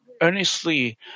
earnestly